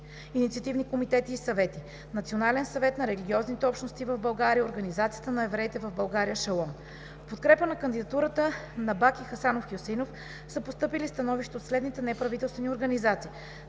инициативни комитети и съвети; Национален съвет на религиозните общности в България; Организацията на евреите в България „Шалом“ В подкрепа на кандидатурата на Баки Хасанов Хюсеинов са постъпили становища от следните неправителствени организации: